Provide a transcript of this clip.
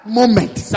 moment